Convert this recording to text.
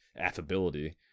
affability